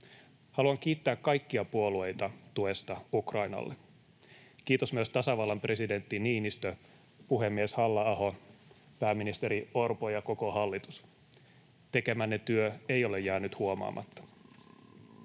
Haluan kiittää kaikkia puolueita tuesta Ukrainalle. Kiitos myös tasavallan presidentti Niinistö, puhemies Halla-aho, pääministeri Orpo ja koko hallitus. Tekemänne työ ei ole jäänyt huomaamatta.